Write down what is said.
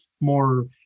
more